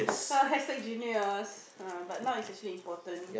[huh] hashtag genius err but not actually important